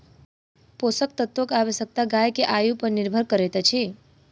पोषक तत्वक आवश्यकता गाय के आयु पर निर्भर करैत अछि